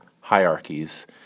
hierarchies